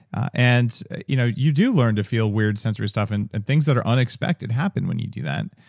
and you know you do learn to feel weird sensory stuff, and and things that are unexpected happen when you do that,